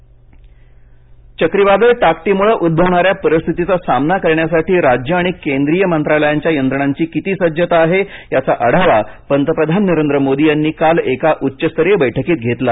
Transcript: वादळ बैठक चक्रीवादळ टाक्टी मुळे उद्भवणाऱ्या परिस्थितीचा सामना करण्यासाठी राज्यं आणि केंद्रीय मंत्रालयांच्या यंत्रणांची किती सज्जता आहे याचा आढावा पंतप्रधान नरेंद्र मोदी यांनी काल एका उच्चस्तरीय बैठकीत घेतला